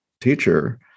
teacher